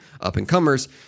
up-and-comers